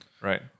Right